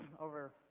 over